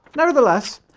nevertheless,